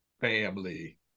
family